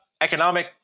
economic